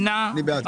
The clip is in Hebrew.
אני נמנע.